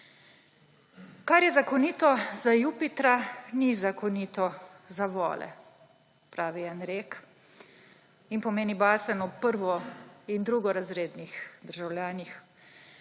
Kar je zakonito za Jupitra, ni zakonito za vole, pravi rek in pomeni basen ob prvo- in drugorazrednih državljanih.